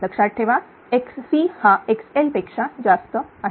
लक्षात ठेवा xc हा xl पेक्षा जास्त आहे